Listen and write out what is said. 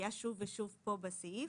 מופיעה שוב ושוב בסעיף.